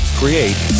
create